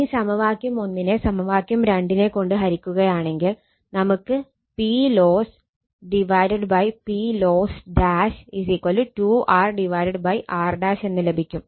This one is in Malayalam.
ഇനി സമവാക്യം 1 നെ സമവാക്യം 2 നെ കൊണ്ട് ഹരിക്കുകയാണെങ്കിൽ നമുക്ക് PLoss PLoss 2 R R എന്ന് ലഭിക്കും